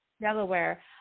Delaware